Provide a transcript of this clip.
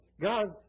God